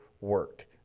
work